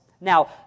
Now